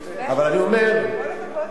יפה, כל הכבוד לך.